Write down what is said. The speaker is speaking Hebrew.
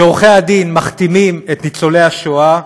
שעורכי הדין מחתימים את ניצולי השואה,